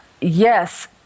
yes